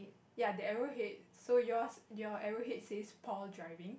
ya the arrow head so yours your arrow head says Paul diving